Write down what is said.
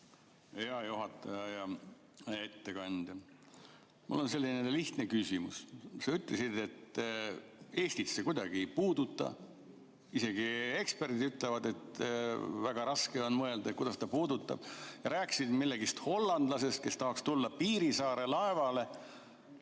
Hea juhataja! Hea ettekandja! Mul on selline lihtne küsimus. Sa ütlesid, et Eestit see kuidagi ei puuduta, isegi eksperdid ütlevad, et väga raske on mõelda, kuidas ta puudutaks, ja rääkisid mingist hollandlasest, kes tahaks äkki tulla Piirissaare laevale.